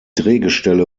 drehgestelle